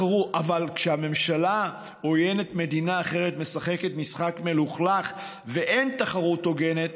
אבל כשממשלה שעוינת מדינה אחרת משחקת משחק מלוכלך ואין תחרות הוגנת,